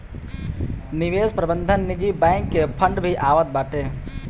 निवेश प्रबंधन निजी बैंक के फंड भी आवत बाटे